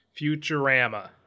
Futurama